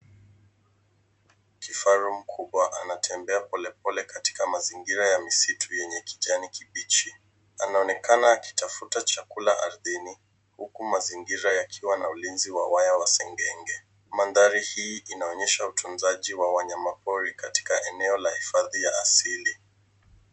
Kifaru mkubwa anatembea polepole katika mazingira ya misitu yenye kijani kibichi. Anaonekana akitafuta chakula ardhini, huku mazingira yakiwa na ulinzi wa waya wa sengenge. Mandhari hii inaonyesha utunzaji wa wanyama pori katika eneo la hifadhi ya asili.